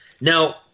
Now